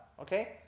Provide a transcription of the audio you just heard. Okay